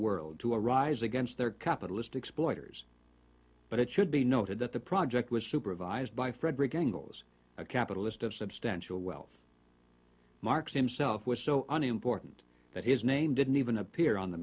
world to rise against their capitalistic spoilers but it should be noted that the project was supervised by frederick angle's a capitalist of substantial wealth marx himself was so unimportant that his name didn't even appear on the